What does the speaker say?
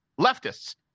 leftists